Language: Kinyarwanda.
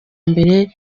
mbere